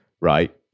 Right